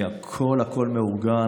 יהיה הכול מאורגן,